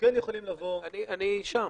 אני שם.